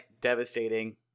devastating